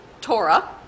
Torah